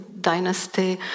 dynasty